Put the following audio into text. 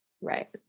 Right